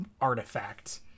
artifact